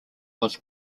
was